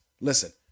Listen